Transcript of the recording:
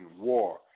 war